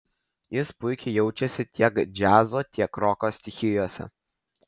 jis puikiai jaučiasi tiek džiazo tiek roko stichijose